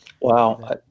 Wow